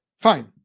Fine